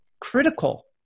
critical